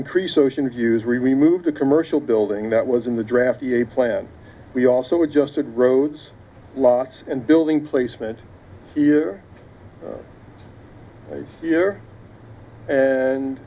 increase ocean views remove the commercial building that was in the draft a plan we also adjusted roads lots and building placement here here and